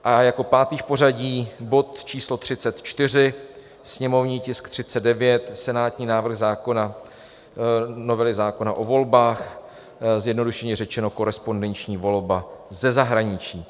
A jako pátý v pořadí bod číslo 34, sněmovní tisk 39 senátní návrh novely zákona o volbách, zjednodušeně řečeno, korespondenční volba ze zahraničí.